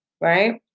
right